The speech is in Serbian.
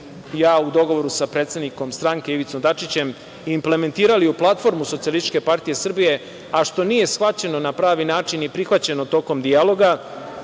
ja, u dogovoru sa predsednikom stranke Ivicom Dačićem, implementirali u platformu SPS, a što nije shvaćeno na pravi način i prihvaćeno tokom dijaloga,